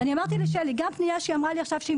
אמרתי לשלי, גם לגבי פנייה שהיא אמרה לי שמתעכבת.